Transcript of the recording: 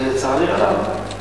לצערי הרב,